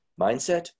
mindset